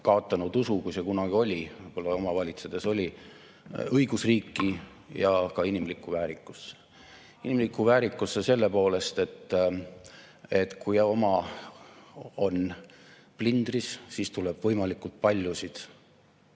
kaotanud usu, kui see kunagi oli – võib-olla oma valitsedes oli –, õigusriiki ja ka inimlikku väärikusse. Inimlikku väärikusse selle poolest, et kui oma on plindris, siis tuleb võimalikult paljusid